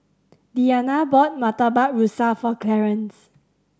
Deanna bought Murtabak Rusa for Clarnce